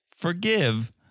Forgive